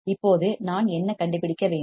இப்போது நான் என்ன கண்டுபிடிக்க வேண்டும்